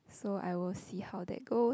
so I will see how that goes